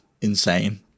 insane